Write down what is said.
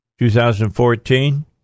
2014